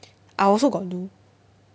I also got do